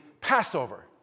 Passover